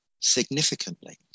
significantly